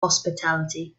hospitality